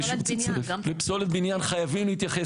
לפסולת בניין חייבים להתייחס,